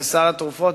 לסל התרופות.